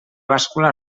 bàscula